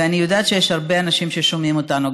ואני יודעת שיש הרבה אנשים ששומעים אותנו,